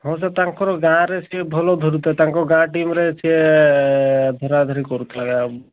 ହଁ ସାର୍ ତାଙ୍କର ଗାଁରେ ସିଏ ଭଲ ଧରୁଥାଏ ତାଙ୍କ ଗାଁ ଟିମ୍ରେ ସେ ଧରାଧରି କରୁଥିଲା ଗାଁ